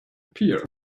pier